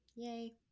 Yay